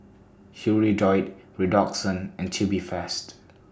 Hirudoid Redoxon and Tubifast